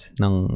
ng